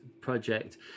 project